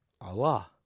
Allah